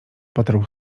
potarł